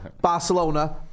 Barcelona